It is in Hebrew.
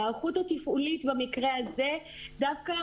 ההיערכות התפעולית במקרה הזה דווקא